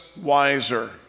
wiser